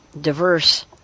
diverse